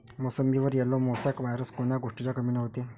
मोसंबीवर yellow mosaic virus कोन्या गोष्टीच्या कमीनं होते?